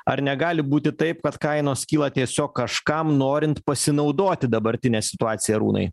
ar negali būti taip kad kainos kyla tiesiog kažkam norint pasinaudoti dabartine situacija arūnai